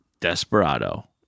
Desperado